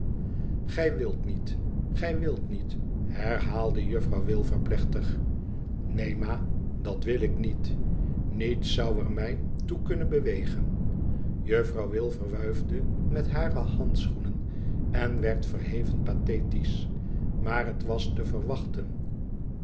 gij wilt niet gij wilt niet herhaalde juffrouw wilfer plechtig neen ma dat wil ik niet niets zou er mij toe kunnen bewegen jufirouw wilfer wuifde met hare handschoenen en werd verheven pathetisch maar het was te verwachten